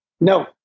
No